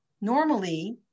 Normally